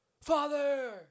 father